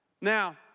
Now